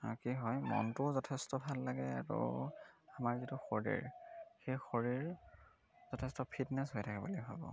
কি হয় মনটোও যথেষ্ট ভাল লাগে আকৌ আমাৰ যিটো শৰীৰ সেই শৰীৰ যথেষ্ট ফিটনেছ হৈ থাকে বুলি ভাবোঁ